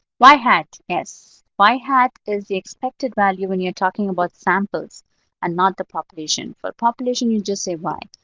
y hat, yes. y hat is the expected value when you're talking about samples and not the population. for population, you just say y.